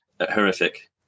horrific